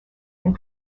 and